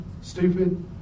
stupid